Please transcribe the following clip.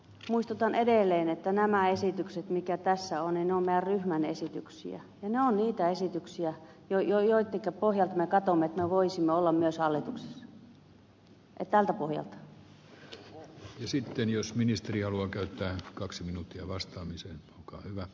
muistutan edelleen että nämä esitykset mitä tässä on ovat meidän ryhmämme esityksiä ja ne ovat niitä esityksiä joitten pohjalta me katsomme että me voisimme olla myös hallituksessa tältä pohjalta sitten jos ministeri haluaa käyttöönsä kaksi minuuttia vastaamiseen ko hyvä